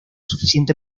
suficiente